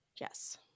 Yes